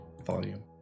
volume